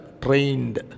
trained